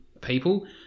people